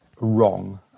wrong